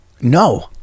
No